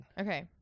Okay